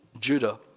Judah